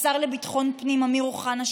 לשר לביטחון פנים אמיר אוחנה,